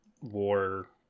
war